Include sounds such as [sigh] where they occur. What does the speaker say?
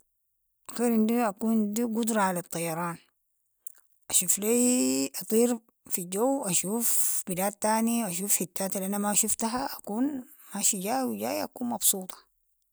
اخير عندي اكون قدرة على الطيران، اشوف لي [hesitation] أطير في الجو أشوف بلاد تانية، أشوف حتاتي الأنا ما شفتها، أكون ماشي و يجاي أكون مبسوطة.